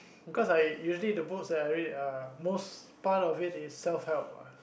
cause I usually the books that I read are most part of it is self help ah